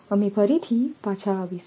અમે ફરીથી પાછા આવીશું